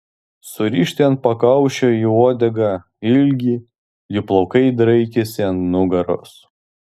surišti ant pakaušio į uodegą ilgi jų plaukai draikėsi ant nugaros